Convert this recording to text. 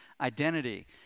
identity